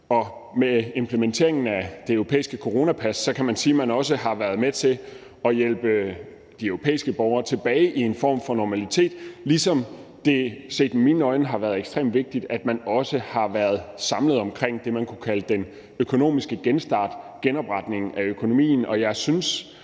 med implementeringen af det europæiske coronapas kan man sige at man også har været med til at hjælpe de europæiske borgere tilbage til en form for normalitet, ligesom det – set med mine øjne – har været ekstremt vigtigt, at man også har stået samlet omkring det, man kunne kalde den økonomiske genstart, genopretningen af økonomien.